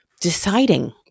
deciding